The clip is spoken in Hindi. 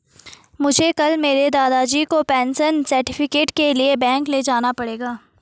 मुझे कल मेरे दादाजी को पेंशन सर्टिफिकेट के लिए बैंक ले जाना पड़ेगा